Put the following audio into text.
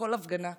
בכל הפגנה אפשרית,